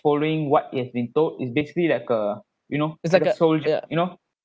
following what is been told is basically like a you know a sol~ you know